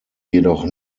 jedoch